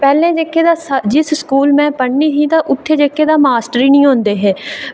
पैह्लें जेह्के ता जिस स्कूल में जित्थै पढ़नी ही ते उत्थै दे जेह्के मास्टर निं औंदे हे